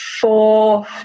four